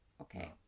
Okay